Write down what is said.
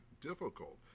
difficult